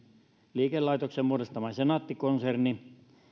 liikelaitoksen muodostama senaatti konserni